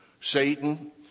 Satan